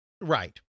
Right